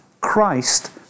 Christ